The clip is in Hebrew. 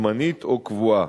זמנית או קבועה.